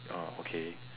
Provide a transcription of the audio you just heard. ah okay